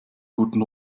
guten